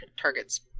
targets